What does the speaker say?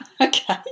Okay